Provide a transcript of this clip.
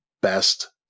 best